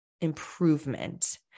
improvement